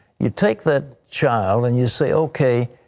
you take the child and you say okay,